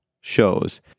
shows